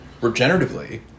regeneratively